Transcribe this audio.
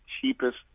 cheapest